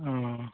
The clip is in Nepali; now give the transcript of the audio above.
अँ